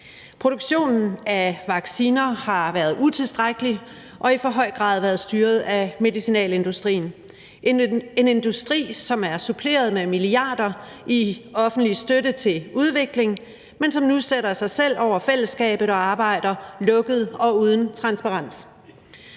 Produktionen af vacciner har været utilstrækkelig og i for høj grad været styret af medicinalindustrien – en industri, som er suppleret med milliarder i offentlig støtte til udvikling, men som nu sætter sig selv over fællesskabet og arbejder lukket og uden transparens.